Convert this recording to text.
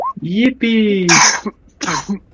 Yippee